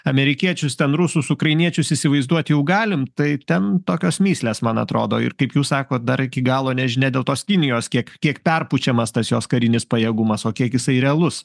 amerikiečius ten rusus ukrainiečius įsivaizduot jau galim tai ten tokios mįslės man atrodo ir kaip jūs sakot dar iki galo nežinia dėl tos kinijos kiek kiek perpučiamas tas jos karinis pajėgumas o kiek jisai realus